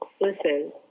Listen